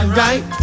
right